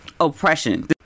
oppression